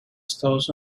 estados